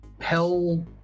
hell